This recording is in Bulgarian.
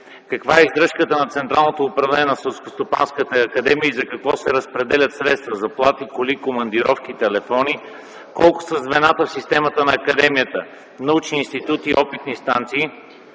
Каква е издръжката на Централното управление на Селскостопанската академия и за какво се разпределят средства – заплати, коли, командировки, телефони? Колко са звената в системата на академията – научни институти и опитни станции?